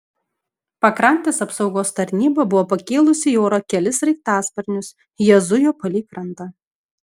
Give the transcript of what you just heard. pakrantės apsaugos tarnyba buvo pakėlusi į orą kelis sraigtasparnius jie zujo palei krantą